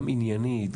גם עניינית,